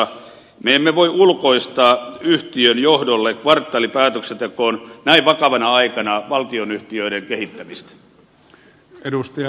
me emme voi ulkoistaa yhtiön johdolle kvartaalipäätöksentekoon näin vakavana aikana valtionyhtiöiden kehittämistä